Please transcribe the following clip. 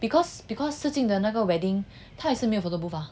because because si jing 的那个 wedding 他也是没有 photobooth mah